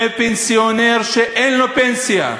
בפנסיונר שאין לו פנסיה.